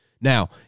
Now